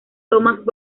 thomas